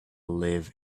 live